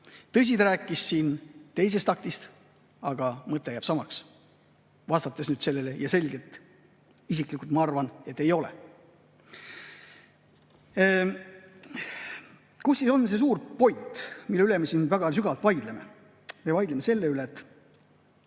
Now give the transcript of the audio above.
tema rääkis teisest aktist, aga mõte jääb samaks. Vastan nüüd sellele selgelt: isiklikult ma arvan, et ei ole. Kus siis on see suur point, mille üle me siin väga sügavalt vaidleme? Me vaidleme selle üle, et